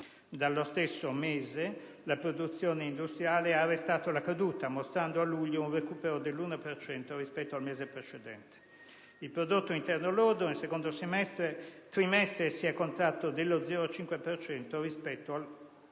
Dallo stesso mese la produzione industriale ha arrestato la caduta, mostrando a luglio un recupero dell'1 per cento rispetto al mese precedente. Il prodotto interno lordo nel secondo trimestre si è contratto dello 0,5 per cento